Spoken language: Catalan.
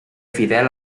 fidel